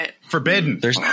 Forbidden